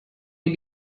you